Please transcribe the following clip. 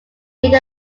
made